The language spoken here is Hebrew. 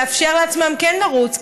לאפשר לעצמם כן לרוץ.